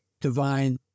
divine